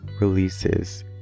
releases